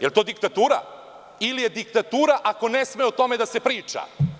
Da li je to diktatura ili je diktatura ako ne sme o tome da se priča?